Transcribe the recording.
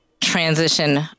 transition